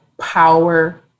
power